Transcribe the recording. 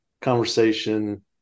conversation